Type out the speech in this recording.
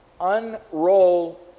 unroll